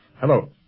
Hello